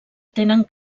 tenen